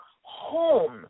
home